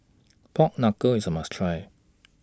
Pork Knuckle IS A must Try